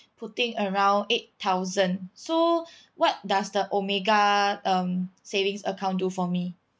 putting around eight thousand so what does the omega um savings account do for me